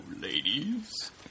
ladies